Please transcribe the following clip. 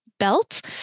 belt